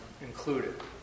included